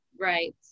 right